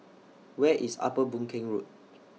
Where IS Upper Boon Keng Road